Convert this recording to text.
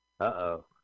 Uh-oh